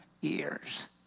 years